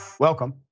Welcome